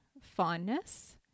fondness